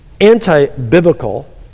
anti-biblical